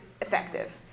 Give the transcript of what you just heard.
effective